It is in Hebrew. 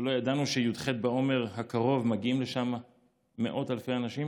שלא ידענו שבי"ח באייר הקרוב מגיעים לשם מאות אלפי אנשים?